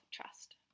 trust